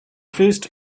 first